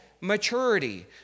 maturity